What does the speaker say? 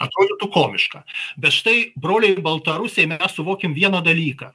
atrodytų komiška bet štai broliai baltarusiai mes suvokim vieną dalyką